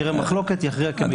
יראה מחלוקת יכריע.